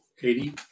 Katie